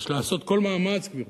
יש לעשות כל מאמץ, גברתי,